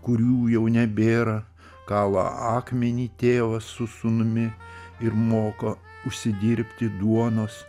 kurių jau nebėra kala akmenį tėvas su sūnumi ir moko užsidirbti duonos